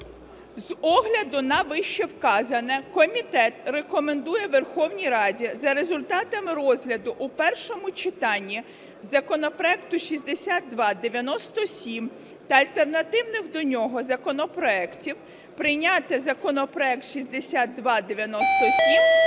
З огляду на вищевказане комітет рекомендує Верховній Раді за результатами розгляду в першому читанні законопроекту 6297 та альтернативних до нього законопроектів прийняти законопроект 6297